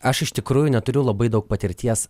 aš iš tikrųjų neturiu labai daug patirties